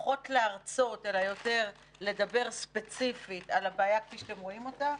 פחות להרצות אלא יותר לדבר ספציפית על הבעיה כפי שאתם רואים אותה,